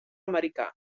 americà